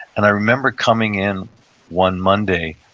and i remember coming in one monday.